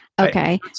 Okay